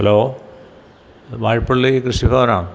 hello ഇത് വാഴപ്പള്ളി കൃഷിഭവനാ